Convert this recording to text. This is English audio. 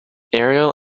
aerial